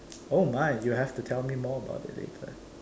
oh my you have to tell me more about it later